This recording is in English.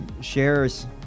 shares